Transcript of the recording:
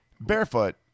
barefoot